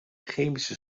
chemische